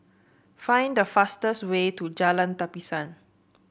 find the fastest way to Jalan Tapisan